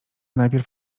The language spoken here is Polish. najpierw